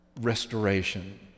Restoration